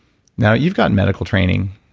now, you've got medical training.